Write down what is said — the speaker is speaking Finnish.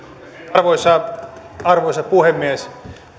arvoisa arvoisa puhemies